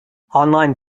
online